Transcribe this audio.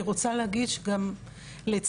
אני רוצה להגיד שגם לצערי,